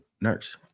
Nurse